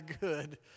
good